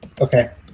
Okay